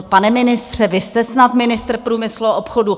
Pane ministře, vy jste snad ministr průmyslu a obchodu!